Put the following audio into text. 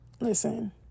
Listen